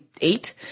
eight